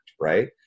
right